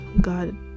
god